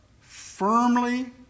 firmly